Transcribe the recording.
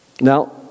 Now